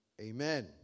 Amen